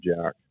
jack